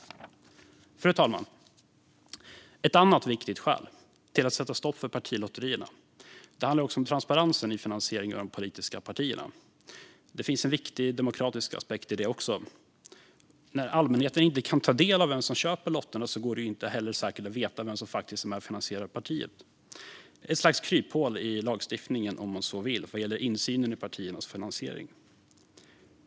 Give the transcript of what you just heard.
Fru talman! Ett annat viktigt skäl till att sätta stopp för partilotterierna handlar om transparensen i finansiering av de politiska partierna. Det finns en viktig demokratisk aspekt i detta. När allmänheten inte kan ta del av vem som köper lotterna går det inte heller säkert att veta vem som faktiskt är med och finansierar partiet. Det är ett slags kryphål i lagstiftningen, om man så vill, vad gäller insynen i partiernas finansiering.